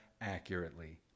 accurately